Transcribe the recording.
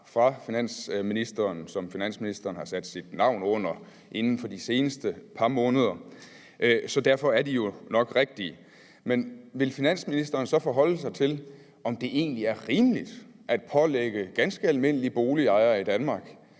fra finansministeren, som finansministeren har sat sit navn under inden for de seneste par måneder, så derfor er de jo nok rigtige. Vil finansministeren så forholde sig til, om det egentlig er rimeligt at pålægge ganske almindelige boligejere i Danmark